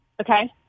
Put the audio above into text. Okay